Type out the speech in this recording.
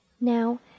Now